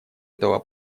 этого